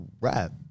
rap